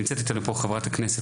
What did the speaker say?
נמצאת איתנו פה חברת הכנסת,